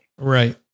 Right